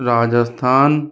Rajasthan